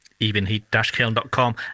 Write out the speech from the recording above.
Evenheat-kiln.com